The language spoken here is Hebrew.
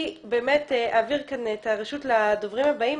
אני באמת אעביר כאן את הרשות לדוברים הבאים,